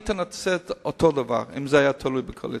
היית עושה אותו דבר אם זה היה תלוי בקואליציה.